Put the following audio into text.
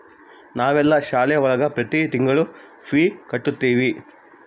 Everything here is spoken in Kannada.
ನಾವೆಲ್ಲ ಶಾಲೆ ಒಳಗ ಪ್ರತಿ ತಿಂಗಳು ಫೀ ಕಟ್ಟುತಿವಿ